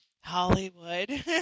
Hollywood